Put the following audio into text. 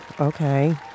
okay